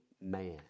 man